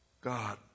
God